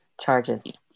charges